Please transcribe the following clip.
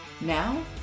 Now